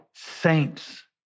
saints